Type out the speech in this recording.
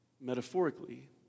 metaphorically